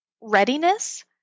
readiness